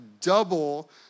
double